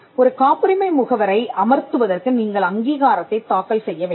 ஒரு காப்புரிமை முகவரை அமர்த்துவதற்கு நீங்கள் அங்கீகாரத்தைத் தாக்கல் செய்ய வேண்டும்